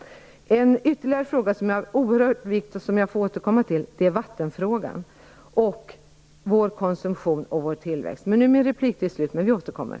Ytterligare frågor som är av oerhörd vikt och som jag får återkomma till är vattenfrågan, vår konsumtion och vår tillväxt. Jag återkommer till detta.